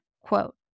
quote